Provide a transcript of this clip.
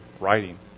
writing